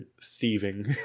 thieving